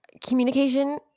communication